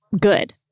good